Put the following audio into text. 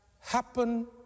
happen